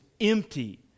empty